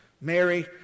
Mary